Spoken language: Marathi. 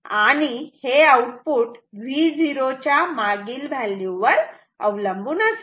आणि हे आउटपुट Vo च्या मागील व्हॅल्यू वर अवलंबून असते